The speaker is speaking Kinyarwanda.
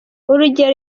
urugero